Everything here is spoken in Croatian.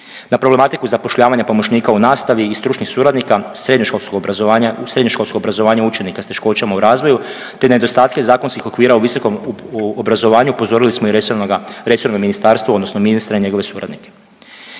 Na problematiku zapošljavanja pomoćnika u nastavi i stručnih suradnika srednjoškolskog obrazovanja, u srednjoškolsko obrazovanje učenika s teškoćama u razvoju te nedostatke zakonskih okvira u visokom obrazovanju, upozorili smo i resorno ministarstvo, odnosno ministra i njegove suradnike.